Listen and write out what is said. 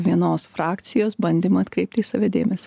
vienos frakcijos bandymą atkreipti į save dėmesį